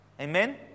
Amen